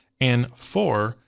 and four,